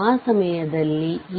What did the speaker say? i1 0